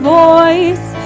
voice